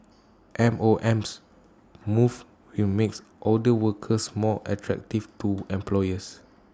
M O M's moves will makes older workers more attractive to employers